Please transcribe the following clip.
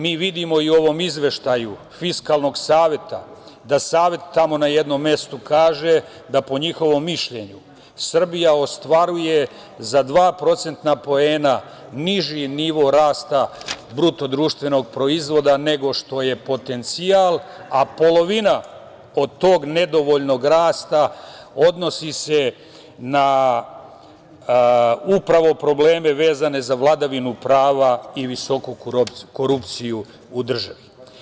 Mi vidimo i u ovom izveštaju Fiskalnog saveta da Savet tamo na jednom mestu kaže da, po njihovom mišljenju, Srbija ostvaruje za 2% niži nivo rasta BDP-a nego što je potencijal, a polovina od tog nedovoljnog rasta odnosi se na upravo probleme vezane za vladavinu prava i visoku korupciju u državi.